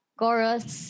chorus